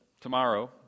tomorrow